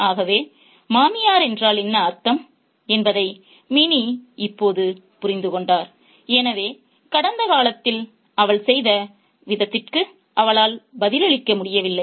ஆகவே மாமியார் என்றால் என்ன அர்த்தம் என்பதை மினி இப்போது புரிந்து கொண்டார் எனவே கடந்த காலத்தில் அவள் செய்த விதத்திற்கு அவளால் பதிலளிக்க முடியவில்லை